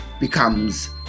becomes